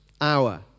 hour